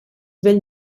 vell